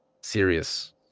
serious